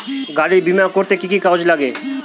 গাড়ীর বিমা করতে কি কি কাগজ লাগে?